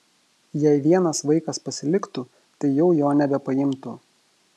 jei vienas vaikas pasiliktų tai jau jo nebepaimtų